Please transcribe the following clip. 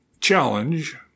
challenge